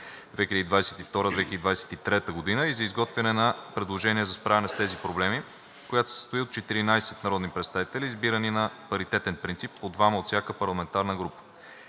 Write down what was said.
2022 – 2023 г. и за изготвяне на предложения за справяне с тези проблеми, която се състои от 14 народни представители, избирани на паритетен принцип – по двама от всяка парламентарна група.